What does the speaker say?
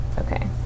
Okay